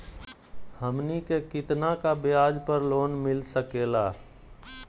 हमनी के कितना का ब्याज पर लोन मिलता सकेला?